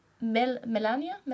Melania